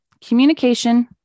communication